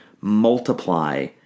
multiply